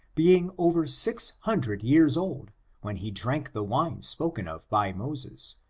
being over six hundred years old when he drank the wine spoken of by moses,